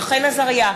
רחל עזריה,